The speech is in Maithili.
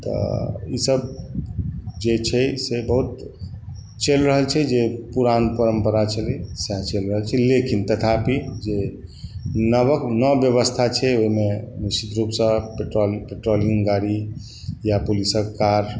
तऽ ई सब जे छै से बहुत चलि रहल छै जे पुरान परम्परा छलै सएह चलि रहल छै लेकिन तथापि जे नबका नबका व्वयस्था छै ओहिमे निश्चित रूपसँ पेट्रोलिंग गाड़ी या पुलिसके कार